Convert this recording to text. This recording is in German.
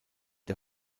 der